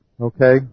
Okay